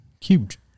Huge